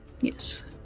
yes